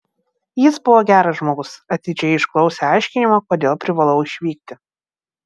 jis buvo geras žmogus atidžiai išklausė aiškinimą kodėl privalau išvykti